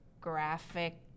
graphic